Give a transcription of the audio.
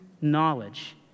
knowledge